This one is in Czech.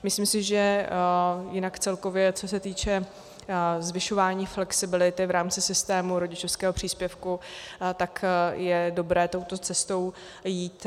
Myslím si, že jinak celkově, co se týče zvyšování flexibility v rámci systému rodičovského příspěvku, je dobré touto cestou jít.